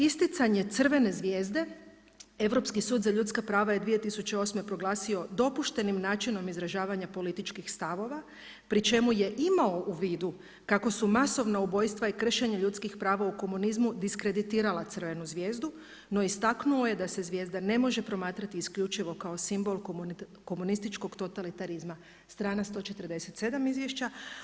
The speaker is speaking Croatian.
Isticanje crvene zvijezde Europski sud za ljudska prava je 2008. proglasio dopušteni načinom izražavanja političkih stavova pri čemu je imao u vidu kako su masovna ubojstva i kršenje ljudskih prava u komunizmu diskreditirala crvenu zvijezdu, no istaknuo je da se zvijezda ne može promatrati isključivo kao simbol komunističkog totalitarizma, strana 147 izvješća.